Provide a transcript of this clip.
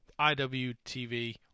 IWTV